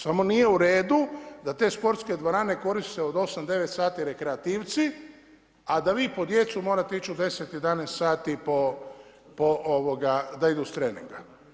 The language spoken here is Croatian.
Samo nije u redu da te sportske dvorane koriste od 8, 9 sati rekreativci, a da vi po djecu morate ići u 10, 11 sati da idu s treninga.